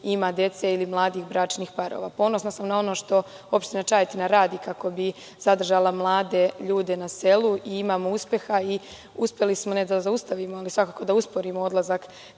ima dece ili mladih bračnih parova. Ponosna sam na ono što opština Čajetina radi kako bi zadržala mlade ljude na selu. Imamo uspeha i uspeli smo ne da zaustavimo, već svakako da usporimo odlazak